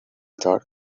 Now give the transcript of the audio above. thought